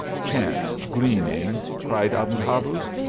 chance gleaning! cried aben habuz.